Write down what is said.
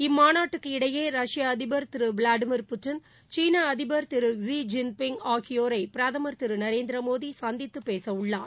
இம்மாநாட்டுக்கு இடையே ரஷ்ய அதிபர் திருவிளாடிமிர் புட்டின் சீனஅதிபர் ஸீ ஜின்பிங் ஆகியோரைபிரதமர் திருநரேந்திரமோடிசந்தித்துப் பேசஉள்ளார்